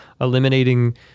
eliminating